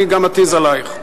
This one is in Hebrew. אני גם אתיז עלייך.